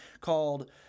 called